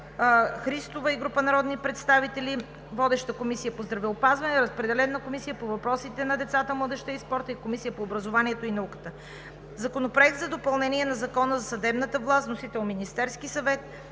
Христова и група народни представители. Водеща е Комисията по здравеопазването. Разпределен е на Комисията по въпросите на децата, младежта и спорта и на Комисията по образованието и науката. Законопроект за допълнение на Закона за съдебната власт. Вносител – Министерският съвет.